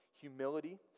humility